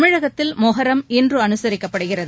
தமிழகத்தில் மொகரம் இன்று அனுசரிக்கப்படுகிறது